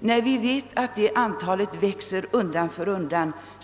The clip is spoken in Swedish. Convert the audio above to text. Vi vet att antalet barn födda i Sverige i äktenskap mellan invandrade utlänningar och svenskar ökat och med största sannolikhet ökar undan för undan.